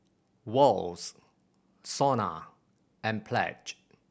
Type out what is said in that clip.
Wall's SONA and Pledge